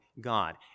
God